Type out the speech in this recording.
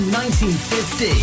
1950